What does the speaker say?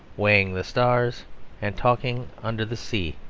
weighing the stars and talking under the sea.